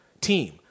team